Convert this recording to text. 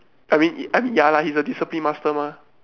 I mean I mean ya lah he's a discipline master mah